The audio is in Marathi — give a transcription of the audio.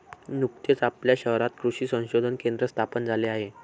नुकतेच आपल्या शहरात कृषी संशोधन केंद्र स्थापन झाले आहे